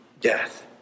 death